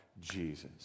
Jesus